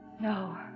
No